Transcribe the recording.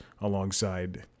alongside